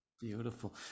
beautiful